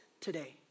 today